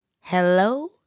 Hello